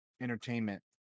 Entertainment